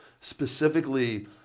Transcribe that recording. Specifically